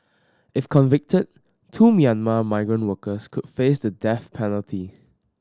if convicted two Myanmar migrant workers could face the death penalty